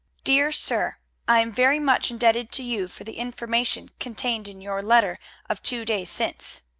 dear sir i am very much indebted to you for the information contained in your letter of two days since.